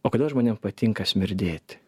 o kodėl žmonėm patinka smirdėti